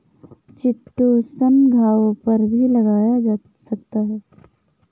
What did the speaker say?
chitosan घावों पर भी लगाया जा सकता है